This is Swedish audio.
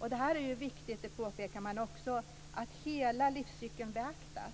Man påpekar också att det är viktigt att hela livscykeln beaktas